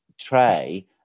tray